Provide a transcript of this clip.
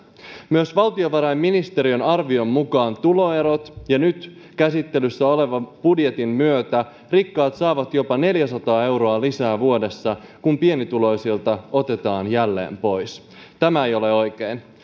myös valtiovarainministeriön arvion mukaan tuloerot ovat kasvaneet nyt käsittelyssä olevan budjetin myötä rikkaat saavat jopa neljäsataa euroa lisää vuodessa kun pienituloisilta otetaan jälleen pois tämä ei ole oikein